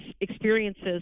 experiences